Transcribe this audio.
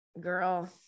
Girl